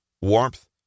warmth